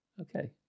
Okay